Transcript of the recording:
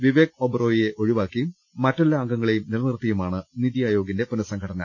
വിവേക് ഒബ്റോയിയെ ഒഴിവാക്കിയും മറ്റെല്ലാ അംഗ ങ്ങളേയും നിലനിർത്തിയുമാണ് നിതി ആയോഗിന്റെ പുനസംഘട ന